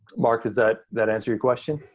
mark, does that that answer your question?